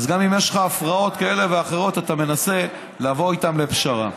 אז גם אם יש לך הפרעות כאלה ואחרות אתה מנסה לבוא איתן לפשרה.